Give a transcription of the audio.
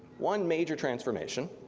one major transformation,